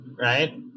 right